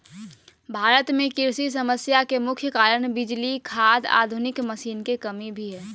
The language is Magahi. भारत में कृषि समस्या के मुख्य कारण बिजली, खाद, आधुनिक मशीन के कमी भी हय